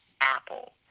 Apple